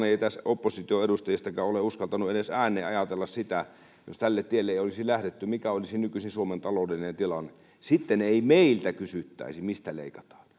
ei edes kukaan opposition edustajista ole uskaltanut ääneen ajatella sitä että jos tälle tielle ei olisi lähdetty mikä olisi nykyisin suomen talouden tilanne sitten ei meiltä kysyttäisi mistä leikataan